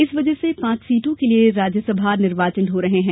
इस वजह से पांच सीटों के लिए राज्यसभा निर्वाचन हो रहे हैं